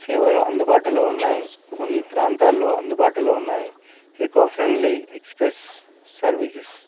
సేవలు అందుబాటులో ఉన్నాయి ఇవి ప్రాంతాల్లో అందుబాటులో ఉన్నాయి ఈకో ఫ్రెండ్లీ ఎక్స్ప్రెస్ సర్వీసెస్